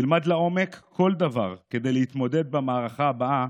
/ תלמד לעומק כל דבר כדי להתמודד במערכה הבאה